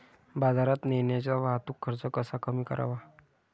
बाजारात नेण्याचा वाहतूक खर्च कसा कमी करावा?